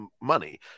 money